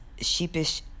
sheepish